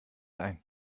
ein